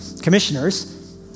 Commissioners